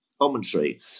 Commentary